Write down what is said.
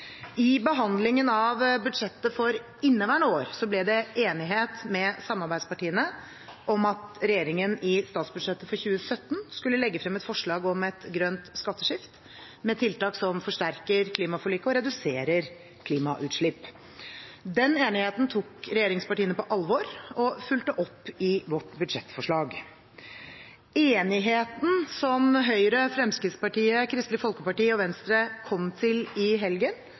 I behandlingen av budsjettet for inneværende år ble det enighet med samarbeidspartiene om at regjeringen i statsbudsjettet for 2017 skulle legge frem et forslag om et grønt skatteskifte, med tiltak som forsterker klimaforliket og reduserer klimagassutslipp. Den enigheten tok regjeringspartiene på alvor og fulgte opp i sitt budsjettforslag. Enigheten som Høyre, Fremskrittspartiet, Kristelig Folkeparti og Venstre kom til i helgen,